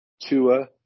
Tua